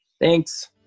Thanks